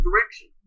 direction